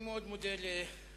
אני מאוד מודה לאדוני.